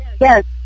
Yes